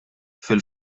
fil